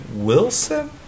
Wilson